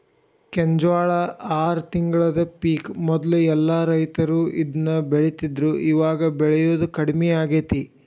ಕೆಂಜ್ವಾಳ ಆರ ತಿಂಗಳದ ಪಿಕ್ ಮೊದ್ಲ ಎಲ್ಲಾ ರೈತರು ಇದ್ನ ಬೆಳಿತಿದ್ರು ಇವಾಗ ಬೆಳಿಯುದು ಕಡ್ಮಿ ಆಗೇತಿ